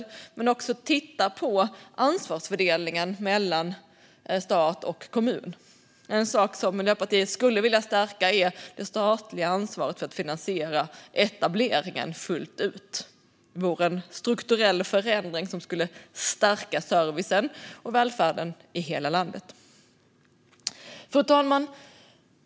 Vi ska också titta på ansvarsfördelningen mellan stat och kommun. En sak som Miljöpartiet skulle vilja stärka är det statliga ansvaret för att finansiera etableringen fullt ut. Det vore en strukturell förändring som skulle stärka servicen och välfärden i hela landet. Fru talman!